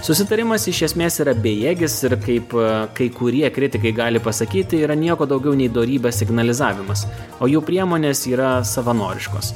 susitarimas iš esmės yra bejėgis ir kaip kai kurie kritikai gali pasakyti yra nieko daugiau nei dorybės signalizavimas o jų priemonės yra savanoriškos